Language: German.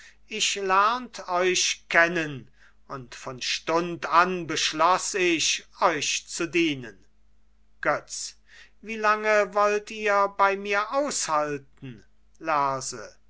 ich lernt euch kennen und von stund an beschloß ich euch zu dienen götz wie lange wollt ihr bei mir aushalten lerse